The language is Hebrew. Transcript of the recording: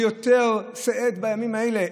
וביתר שאת בימים אלה?